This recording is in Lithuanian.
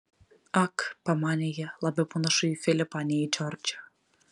ak pamanė ji labiau panašu į filipą nei į džordžą